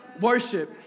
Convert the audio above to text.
Worship